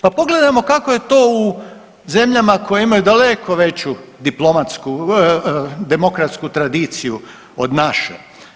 Pa pogledajmo kako je to u zemljama koje imaju daleko veću diplomatsku, demokratsku tradiciju od naše.